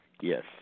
Yes